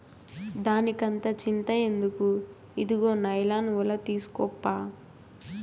దానికంత చింత ఎందుకు, ఇదుగో నైలాన్ ఒల తీస్కోప్పా